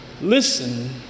listen